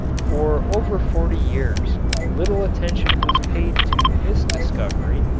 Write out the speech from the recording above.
for over forty years little attention was paid to this discovery,